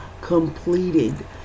completed